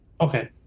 Okay